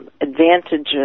advantages